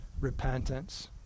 repentance